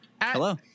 hello